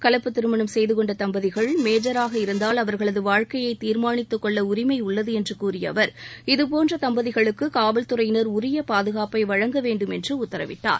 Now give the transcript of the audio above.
கலப்பு திருமணம் செய்துகொண்ட தம்பதிகள் மேஜராக இருந்தால் அவர்களது வாழ்க்கையை தீர்மானித்துக் கொள்ள உரிமை உள்ளது என்று கூறிய அவர் இதுபோன்ற தம்பதிகளுக்கு காவல்துறையினா உரிய பாதுகாப்பை வழங்க வேண்டும் என்று உத்தரவிட்டார்